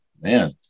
Man